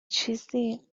چیزی